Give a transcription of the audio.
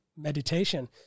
meditation